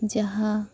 ᱡᱟᱦᱟᱸ